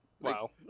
Wow